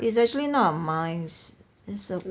it's actually not mice it's a